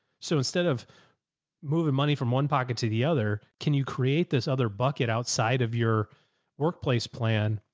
so instead of moving money from one pocket to the other, can you create this other bucket outside of your workplace plan?